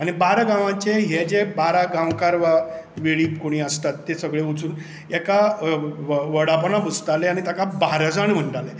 आनी बारा गांवांचें हें जें बारा गांवकार वा वेळीप कोणीय आसता ते सगळें वचून एका वडापोना बसताले आनी ताका बाराजण म्हणटाले